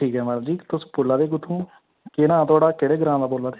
ठीक ऐ मैडम जी केह् नां थुआढ़ा केह्डे ग्रां दे बोल्ला दे